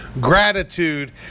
Gratitude